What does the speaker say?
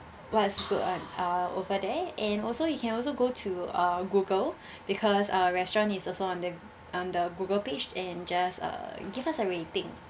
what's good on uh over there and also you can also go to uh google because uh restaurant is also on the on the google page and just uh give us a rating